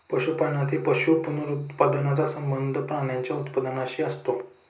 पशुपालनातील पशु पुनरुत्पादनाचा संबंध प्राण्यांच्या उत्पादनाशी असतो